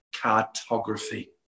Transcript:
cartography